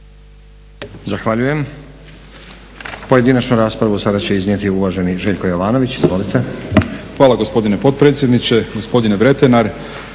Zahvaljujem. Pojedinačnu raspravu sada će iznijeti uvaženi Željko Jovanović. Izvolite. **Jovanović, Željko (SDP)** Hvala gospodine potpredsjedniče, gospodine Vretenar.